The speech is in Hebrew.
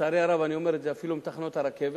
לצערי הרב אני אומר את זה, אפילו מתחנות הרכבת,